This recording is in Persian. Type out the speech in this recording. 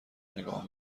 نگاه